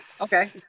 Okay